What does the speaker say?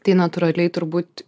tai natūraliai turbūt